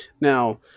Now